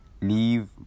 leave